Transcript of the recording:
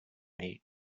mate